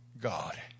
God